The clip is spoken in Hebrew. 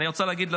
אדוני היושב-ראש,